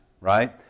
right